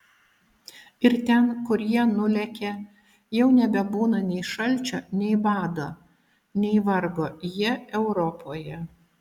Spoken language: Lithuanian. ir ten kur jie nulekia jau nebebūna nei šalčio nei bado nei vargo jie europoje